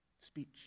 Speech